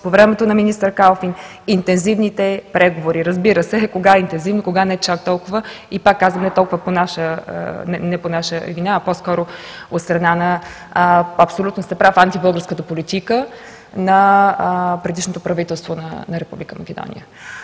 по времето на министър Калфин, интензивните преговори. Разбира се, кога интензивно, кога не чак толкова и, пак казвам, не по наша вина, а по-скоро от страна на – абсолютно сте прав – антибългарската политика на предишното правителство на Република Македония.